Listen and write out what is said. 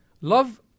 love